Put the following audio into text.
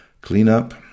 cleanup